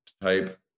type